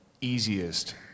easiest